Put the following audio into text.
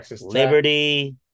Liberty